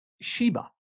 Sheba